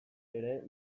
ere